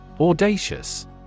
Audacious